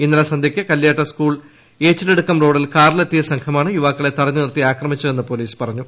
ഇന്നലെ സന്ധ്യയ്ക്ക് കല്യോട്ട് സ്കൂൾ ഏച്ചിലടുക്കം റോഡിൽ കാറിലെത്തിയ സംഘമാണ് യുവാക്കളെ തടഞ്ഞു നിർത്തി ആക്രമിച്ചതെന്ന് പോലീസ് പറഞ്ഞു